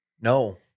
no